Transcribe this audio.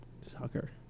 Soccer